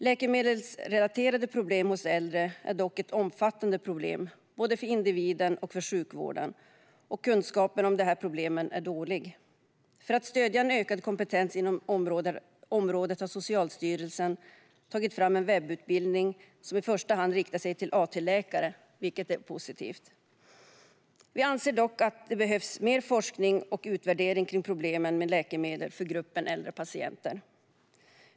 Läkemedelsrelaterad problematik hos äldre är dock ett omfattande problem, både för individen och för sjukvården, och kunskapen om detta är dålig. För att stödja ökad kompetens inom området har Socialstyrelsen tagit fram en webbutbildning som i första hand riktar sig till AT-läkare. Det är positivt, men vi anser att det behövs mer forskning och utvärdering beträffande problemen med läkemedel för gruppen äldre patienter.